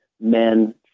men